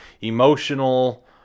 emotional